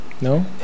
no